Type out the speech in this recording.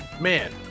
man